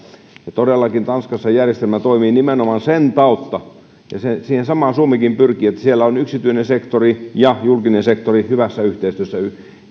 todellakin tanskassa järjestelmä toimii nimenomaan sen tautta ja siihen samaan suomikin pyrkii että siellä ovat yksityinen sektori ja julkinen sektori hyvässä yhteistyössä